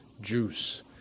juice